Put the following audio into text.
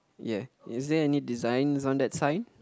ya is there any designs on that sign